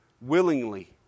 willingly